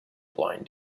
blind